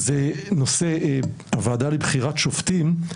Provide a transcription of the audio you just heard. זה נושא הוועדה לבחירת שופטים,